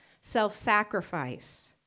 self-sacrifice